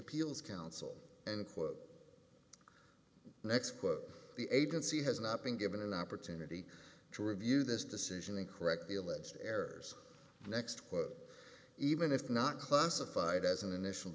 appeals council and quote next quote the agency has not been given an opportunity to review this decision and correct the alleged errors next quote even if not classified as an initial